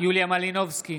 יוליה מלינובסקי,